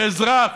שאזרח,